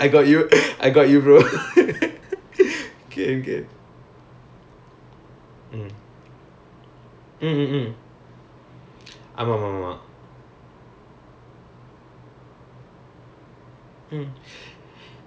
okay can can okay so like they will because I even err email Tamil Murasu murasu you know Tamil Murasu murasu you know got the section for poems ya then they also they say they will reply but then they never reply then